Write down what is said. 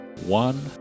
one